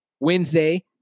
Wednesday